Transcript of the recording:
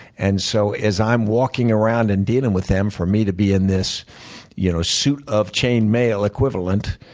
and so as i'm walking around and dealing with them, for me to be in this you know suit of chainmail equivalent,